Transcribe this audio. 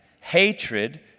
hatred